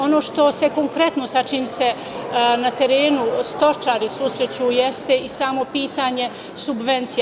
Ono što se konkretno, sa čim se na terenu stočari susreću jeste i samo pitanje subvencija.